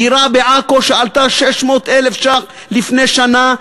דירה בעכו שעלתה 600,000 ש"ח לפני שנה,